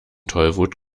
tollwut